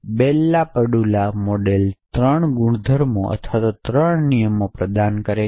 બેલ LaPadula model ત્રણ ગુણધર્મો અથવા ત્રણ નિયમો પ્રદાન કરે છે